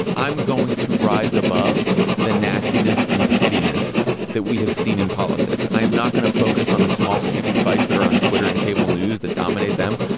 i'm going to rise above the nastiness and pettiness that we have seen in politics. i am not going to focus on the small, stupid fights that are on twitter and cable news that dominate them.